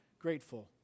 grateful